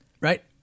right